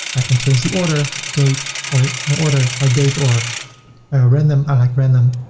i can change the order, date, or order by date, or random. i like random,